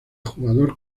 jugador